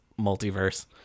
multiverse